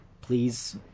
Please